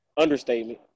Understatement